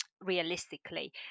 realistically